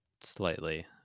slightly